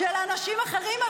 ואני לא מהמהללים של אנשים אחרים,